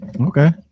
okay